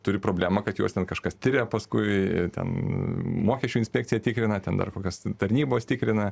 turi problemą kad juos ten kažkas tiria paskui ten mokesčių inspekcija tikrina ten dar kokios tarnybos tikrina